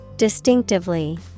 Distinctively